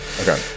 Okay